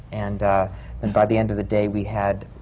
and and by the end of the day, we had